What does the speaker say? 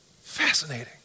fascinating